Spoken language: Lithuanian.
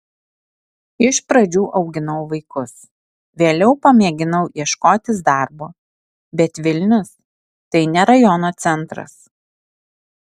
iš pradžių auginau vaikus vėliau pamėginau ieškotis darbo bet vilnius tai ne rajono centras